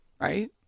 Right